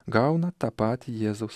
gauna tą patį jėzaus